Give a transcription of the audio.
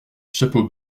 chapeau